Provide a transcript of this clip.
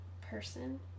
person